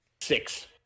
six